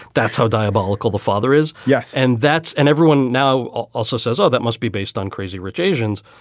that's how diabolical the father is. yes. and that's and everyone now also says, oh, that must be based on crazy rich asians.